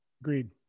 Agreed